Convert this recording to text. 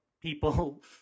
people